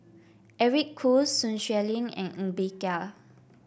Eric Khoo Sun Xueling and Ng Bee Kia